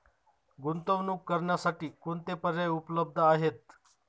गुंतवणूक करण्यासाठी कोणते पर्याय उपलब्ध आहेत?